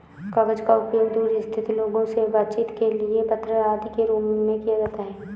कागज का उपयोग दूर स्थित लोगों से बातचीत के लिए पत्र आदि के रूप में किया जाता है